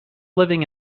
living